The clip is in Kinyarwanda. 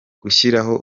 gushyiraho